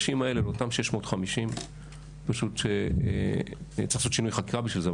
לאותן 650 נשים צריך לעשות שינוי חקיקה בשביל זה,